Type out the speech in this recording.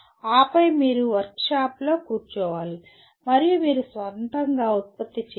ఆపై మీరు వర్క్షాప్లో కూర్చోవాలి మరియు మీరు మీ స్వంతంగా ఉత్పత్తి చేయాలి